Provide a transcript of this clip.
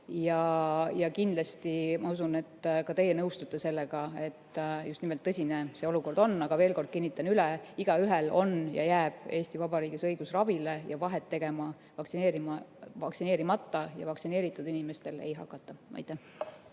et kindlasti ka teie nõustute sellega, et just nimelt tõsine see olukord on. Aga veel kord kinnitan üle: igaühel on ja igaühele jääb Eesti Vabariigis õigus ravile ja vahet tegema vaktsineerimata ja vaktsineeritud inimestel ei hakata. Aitäh!